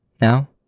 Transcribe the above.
now